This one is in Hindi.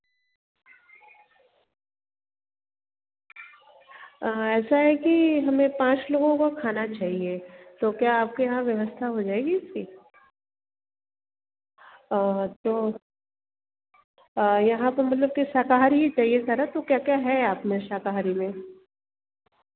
ऐसा है की हमें पाँच लोगों का खाना चाहिए तो क्या आपको यहाँ व्यवस्था हो जाएगी इसकी तो यहाँ पर मतलब कि शाकाहारी ही चाहिए था ना तो क्या क्या है आप में शाकाहारी में